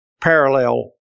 parallel